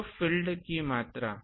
तो फील्ड की मात्रा